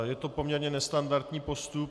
Je to poměrně nestandardní postup.